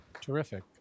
Terrific